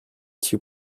too